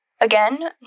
again